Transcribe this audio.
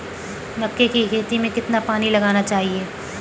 मक्के की खेती में कितना पानी लगाना चाहिए?